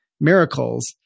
Miracles